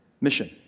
mission